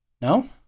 No